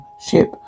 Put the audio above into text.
ship